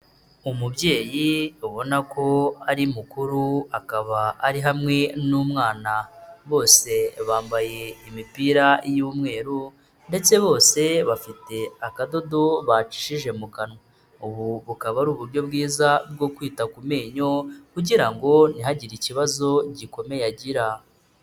Umubyeyi ubona ko ari mukuru, akaba ari hamwe n'umwana, bose bambaye imipira y'umweru, ndetse bose bafite akadodo bacishije mu kanwa. Ubu bukaba ari uburyo bwiza bwo kwita ku menyo, kugira ngo ntihagire ikibazo gikomeye agira.